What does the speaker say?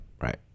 Right